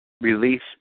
release